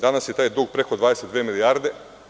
Danas je taj dug preko 22 milijarde.